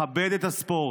לכבד את הספורט,